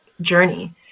journey